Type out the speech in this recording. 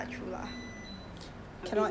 but not real child ah